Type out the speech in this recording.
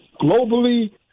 globally